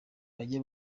bajye